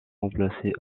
remplacer